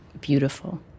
beautiful